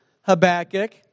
Habakkuk